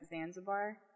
Zanzibar